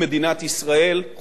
חוליה כל כך גדולה,